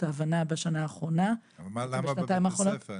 ההבנה בשנה האחרונה --- אבל למה בבתי ספר,